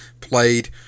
played